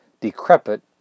decrepit